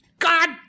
God